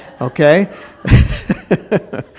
okay